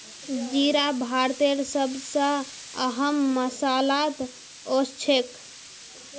जीरा भारतेर सब स अहम मसालात ओसछेख